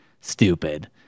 stupid